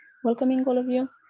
welcoming all of you.